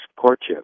courtship